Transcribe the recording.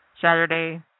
Saturday